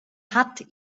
hat